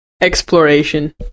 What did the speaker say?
exploration